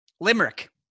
Limerick